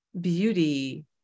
beauty